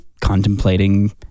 contemplating